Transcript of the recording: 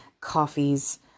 coffees